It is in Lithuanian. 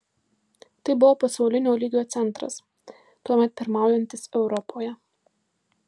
tai buvo pasaulinio lygio centras tuomet pirmaujantis europoje